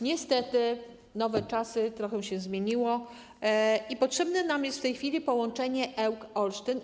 Niestety, nowe czasy, trochę się zmieniło i potrzebne nam jest w tej chwili połączenie Ełk - Olsztyn.